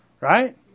Right